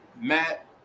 Matt